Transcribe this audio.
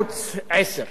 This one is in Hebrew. על מה אתם מלינים?